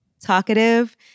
talkative